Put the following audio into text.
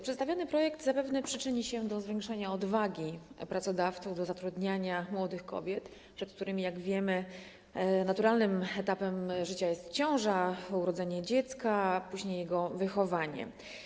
Przedstawiony projekt zapewne przyczyni się do zwiększenia odwagi pracodawców do zatrudniania młodych kobiet, w przypadku których, jak wiemy, naturalnym etapem życia jest ciąża, urodzenie dziecka, a później jego wychowanie.